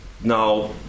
now